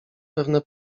pewne